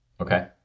Okay